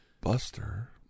Buster